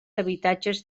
habitatges